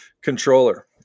controller